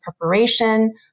preparation